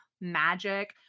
magic